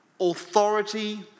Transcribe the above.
authority